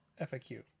FAQ